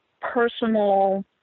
personal